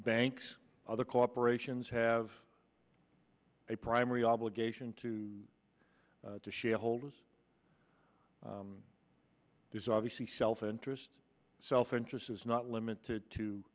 banks other corporations have a primary obligation to the shareholders there's obviously self interest self interest is not limited to